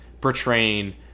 portraying